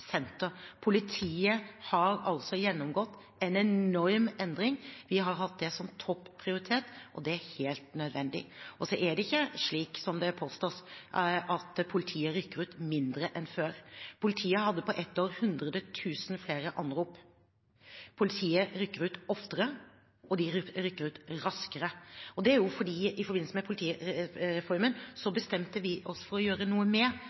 Politiet har altså gjennomgått en enorm endring. Vi har hatt det som topp prioritet, og det er helt nødvendig. Så er det ikke slik, som det påstås, at politiet rykker ut mindre enn før. Politiet hadde på ett år 100 000 flere anrop. Politiet rykker ut oftere, og de rykker ut raskere. Det er fordi vi i forbindelse med politireformen bestemte oss for å gjøre noe med